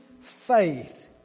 faith